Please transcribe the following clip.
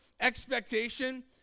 expectation